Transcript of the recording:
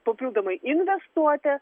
papildomai investuoti